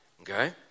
okay